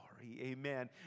Amen